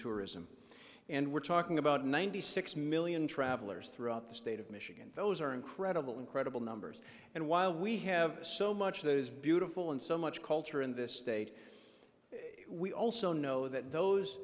tourism and we're talking about ninety six million travelers throughout the state of michigan those are incredible incredible numbers and while we have so much that is beautiful and so much culture in this state we also know that those